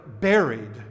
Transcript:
buried